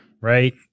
right